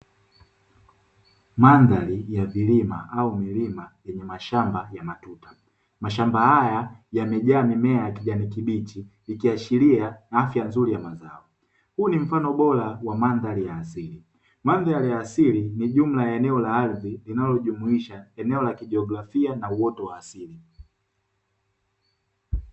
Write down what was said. Mandhari ya vilima au milima yenye mashamba ya matuta, mashamba haya yamejaa mimea ya kijani kibichi, ikiashiria afya nzuri ya mazao huu ni mfano bora wa mandhari ya asili. Mandhari ya asili ni jumla ya eneo la ardhi linalojumuisha eneo la kijiografia na uoto wa asili.